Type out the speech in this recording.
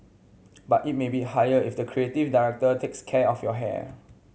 but it may be higher if the creative director takes care of your hair